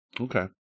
Okay